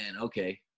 Okay